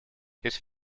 his